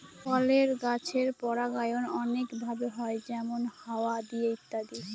ফলের গাছের পরাগায়ন অনেক ভাবে হয় যেমন হাওয়া দিয়ে ইত্যাদি